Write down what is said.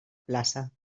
plaça